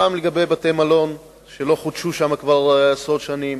גם בתי-מלון לא חודשו שם כבר עשרות שנים,